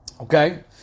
Okay